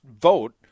vote